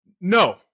No